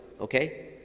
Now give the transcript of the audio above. Okay